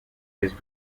this